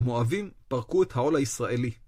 מואבים, פרקו את העול הישראלי.